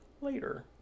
later